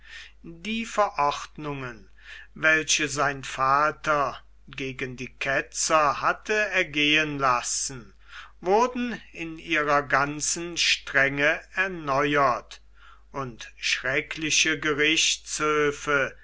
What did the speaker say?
die verordnungen welche sein vater gegen die ketzer hatte ergehen lassen wurden in ihrer ganzen strenge erneuert und schreckliche gerichtshöfe